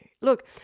Look